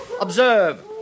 Observe